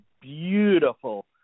beautiful